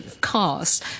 cars